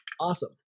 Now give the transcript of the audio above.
awesome